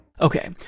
Okay